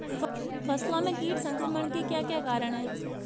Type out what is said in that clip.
फसलों में कीट संक्रमण के क्या क्या कारण है?